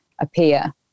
appear